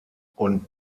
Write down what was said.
und